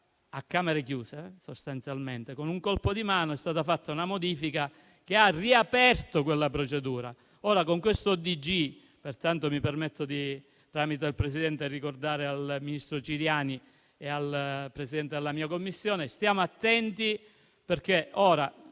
a Camere chiuse, sostanzialmente, con un colpo di mano è stata fatta una modifica che ha riaperto quella procedura. Ora con questo ordine del giorno, mi permetto, tramite il Presidente, di ricordare al ministro Ciriani e al Presidente della mia Commissione, di stare attenti, perché ora